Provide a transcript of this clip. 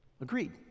Agreed